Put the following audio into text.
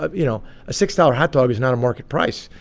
ah you know, a six dollars hot dog is not a market price.